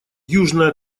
южная